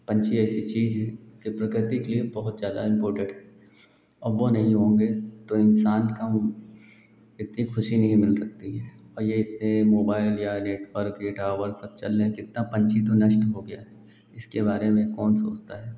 पक्षी ऐसी चीज़ है जो प्रकृति की बहुत ज़्यादा इम्पोर्टेन्ट हैं और वह नहीं होंगे तो इंसान का हो इतनी ख़ुशी नहीं मिल सकती और यह यह मोबाइल या नेटवर्क यह टावर सब चल रहे कितना पक्षी तो नष्ट हो गया इसके बारे में कौन सोचता है